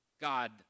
God